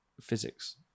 physics